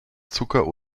zucker